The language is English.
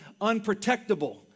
unprotectable